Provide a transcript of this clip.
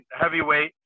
heavyweight